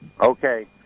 Okay